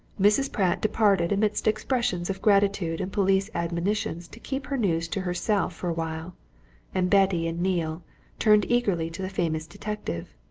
mrs pratt departed amidst expressions of gratitude and police admonitions to keep her news to herself for awhile, and betty and neale turned eagerly to the famous detective.